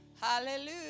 Hallelujah